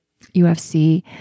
UFC